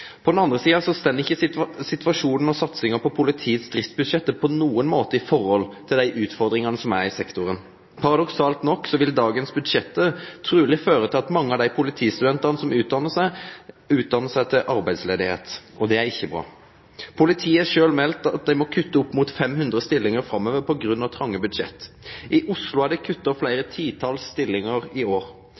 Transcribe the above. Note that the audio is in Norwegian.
på opptaket til Politihøgskolen. Det er bra. På den annen side står ikke satsingen på politiets driftsbudsjetter på noen måte i forhold til de utfordringene som er i sektoren. Paradoksalt nok vil dagens budsjetter trolig føre til at mange politistudenter utdanner seg til arbeidsledighet. Det er ikke bra. Politiet har selv meldt at de må kutte opp mot 500 stillinger framover på grunn av trange budsjetter. I Oslo er det kuttet flere titalls stillinger i år,